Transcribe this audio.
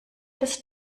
des